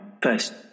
first